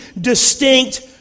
distinct